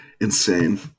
Insane